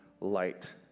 light